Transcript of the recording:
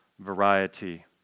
variety